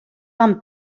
van